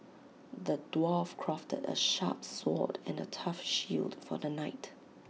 the dwarf crafted A sharp sword and A tough shield for the knight